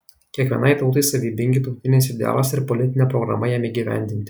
kiekvienai tautai savybingi tautinis idealas ir politinė programa jam įgyvendinti